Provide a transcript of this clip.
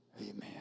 Amen